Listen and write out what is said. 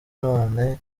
none